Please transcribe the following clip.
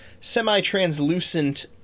semi-translucent